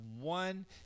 one